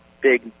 big